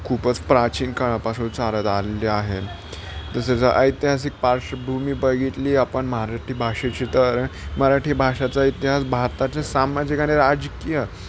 खूपच प्राचीन काळापासून चालत आलेले आहे तसेच ऐतिहासिक पार्श्वभूमी बघितली आपण मराटी भाषेची तर मराठी भाषेचा इतिहास भारताचे सामाजिक आणि राजकीय